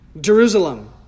Jerusalem